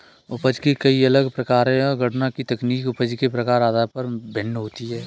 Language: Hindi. उपज के कई अलग प्रकार है, और गणना की तकनीक उपज के प्रकार के आधार पर भिन्न होती है